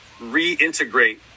reintegrate